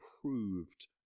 approved